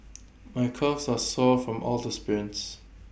my calves are sore from all the sprints